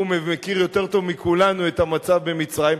הוא מכיר יותר טוב מכולנו את המצב במצרים.